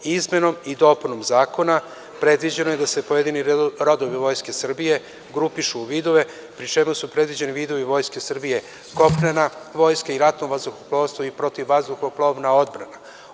Izmenom i dopunom zakona predviđeno je da se pojedini rodovi Vojske Srbije grupišu u vidove pri čemu su predviđeni vidovi Vojske Srbije: kopnena vojska, ratno vazduhoplovstvo i protivvazduhoplovna odbrana.